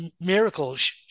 miracles